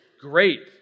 great